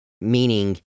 Meaning